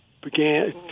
Began